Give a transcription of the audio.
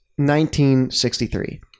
1963